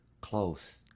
close